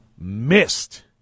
missed